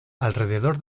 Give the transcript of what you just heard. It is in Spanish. alrededor